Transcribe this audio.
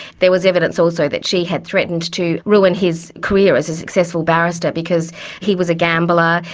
there was evidence also that she had threatened to ruin his career as a successful barrister because he was a gambler.